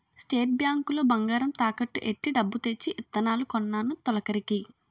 state bank లో బంగారం తాకట్టు ఎట్టి డబ్బు తెచ్చి ఇత్తనాలు కొన్నాను తొలకరికి